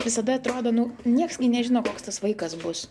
visada atrodo nu nieks nežino koks tas vaikas bus